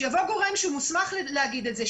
שיבוא גורם שמוסמך להגיד את זה,